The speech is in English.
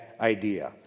idea